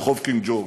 ברחוב קינג ג'ורג'?